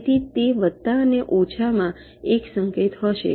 તેથી તે વત્તા અને ઓછામાં એક સંકેત હશે